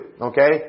Okay